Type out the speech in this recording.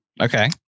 okay